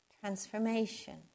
Transformation